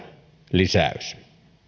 lisäys